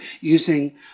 using